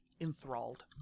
enthralled